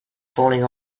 falling